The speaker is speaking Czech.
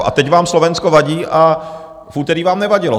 A teď vám Slovensko vadí a v úterý vám nevadilo.